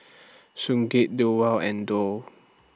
Sigurd and Dow